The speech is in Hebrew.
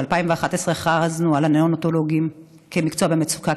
ב-2011 הכרזנו על הנאונטולוגים כמקצוע במצוקה,